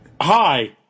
Hi